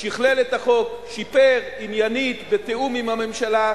שכלל את החוק, שיפר עניינית, בתיאום עם הממשלה.